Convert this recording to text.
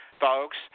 folks